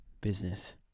business